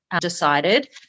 decided